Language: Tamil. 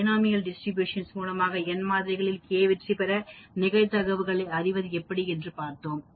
பைனோமியல் டிஸ்ட்ரிபியூஷன் மூலமாக n மாதிரிகளில் k வெற்றி பெற ஏற்படும் நிகழ் தகவல்களை அறிகிறோம்